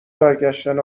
برگشتن